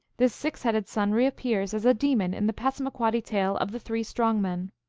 this six-headed son reappears as a demon in the passamaquoddy tale of the three strong men.